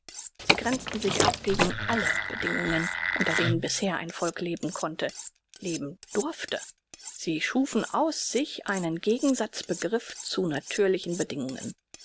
sie grenzten sich ab gegen alle bedingungen unter denen bisher ein volk leben konnte leben durfte sie schufen aus sich einen gegensatz begriff zu natürlichen bedingungen